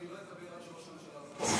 אני לא אדבר עד שראש הממשלה לא יהיה פה.